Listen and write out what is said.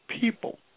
people